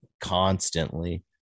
constantly